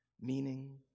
meaning